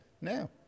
Now